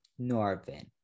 Norvin